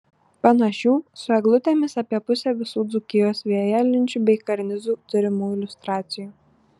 panašių su eglutėmis apie pusė visų dzūkijos vėjalenčių bei karnizų turimų iliustracijų